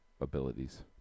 abilities